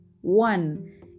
one